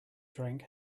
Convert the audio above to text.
drank